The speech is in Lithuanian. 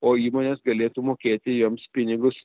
o įmonės galėtų mokėti jiems pinigus